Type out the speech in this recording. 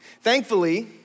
Thankfully